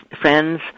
friends